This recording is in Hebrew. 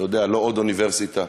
לא עוד אוניברסיטה.